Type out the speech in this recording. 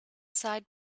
side